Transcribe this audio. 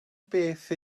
beth